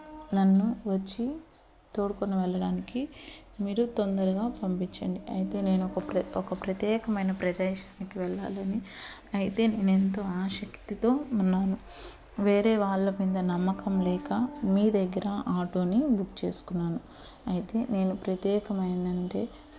నన్ను వచ్చి తోడుకొని వెళ్ళడానికి మీరు తొందరగా పంపించండి అయితే నేను ఒక ప్రత్యే ఒక ప్రత్యేకమైన ప్రదేశానికి వెళ్ళాలని అయితే నేను ఎంతో ఆశక్తితో ఉన్నాను వేరే వాళ్ళ మీద నమ్మకం లేక మీ దగ్గర ఆటోని బుక్ చేసుకున్నాను అయితే నేను ప్రత్యేకమైంది అంటే